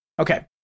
Okay